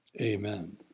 Amen